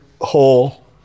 hole